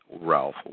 Ralph